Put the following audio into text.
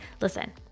Listen